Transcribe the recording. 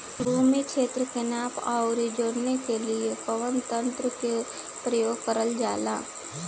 भूमि क्षेत्र के नापे आउर जोड़ने के लिए कवन तंत्र का प्रयोग करल जा ला?